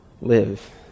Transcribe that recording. live